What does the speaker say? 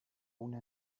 una